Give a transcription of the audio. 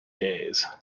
days